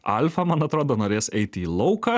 alfa man atrodo norės eiti į lauką